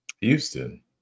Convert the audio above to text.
Houston